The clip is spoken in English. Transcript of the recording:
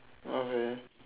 okay